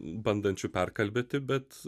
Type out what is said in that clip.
bandančių perkalbėti bet